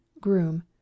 groom